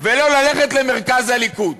ולא ללכת למרכז הליכוד